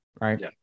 right